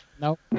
Nope